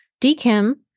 DKIM